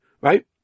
right